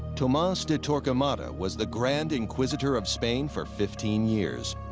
tom um s de torquemada was the grand inquisitor of spain for fifteen years.